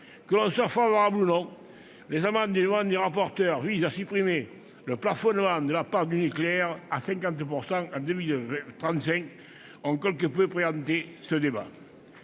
Que l'on y soit favorable ou non, les amendements du rapporteur visant à supprimer le plafonnement de la part du nucléaire à 50 % en 2035 ont quelque peu préempté ce débat.